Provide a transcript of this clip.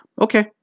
Okay